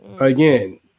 Again